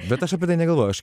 bet aš apie tai negalvoju aš